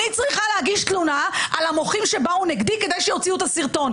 אני צריכה להגיש תלונה על המוחים שבאו נגדי כדי שיוציאו את הסרטון.